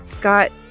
got